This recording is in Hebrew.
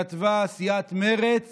כתבה סיעת מרצ